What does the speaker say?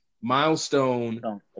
Milestone